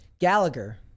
Gallagher